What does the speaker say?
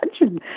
imagine